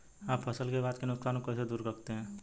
आप फसल के बाद के नुकसान को कैसे दूर करते हैं?